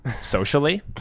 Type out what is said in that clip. socially